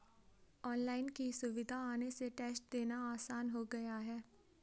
online की सुविधा आने से टेस्ट देना आसान हो गया है